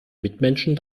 mitmenschen